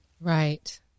Right